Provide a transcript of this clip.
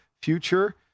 future